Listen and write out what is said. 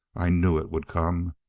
i knew it would come!